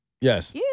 Yes